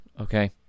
Okay